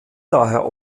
daher